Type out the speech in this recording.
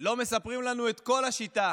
לא מספרים לנו את כל השיטה.